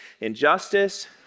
injustice